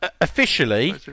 Officially